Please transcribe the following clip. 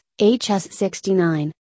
HS69